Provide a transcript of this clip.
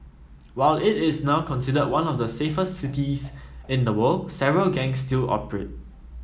while it is now considered one of the safest cities in the world several gangs still operate